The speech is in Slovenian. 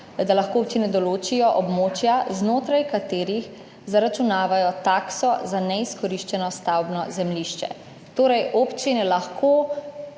zemljišč določijo območja, znotraj katerih zaračunavajo takso za neizkoriščeno stavbno zemljišče. Torej, občine bi lahko